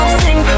sing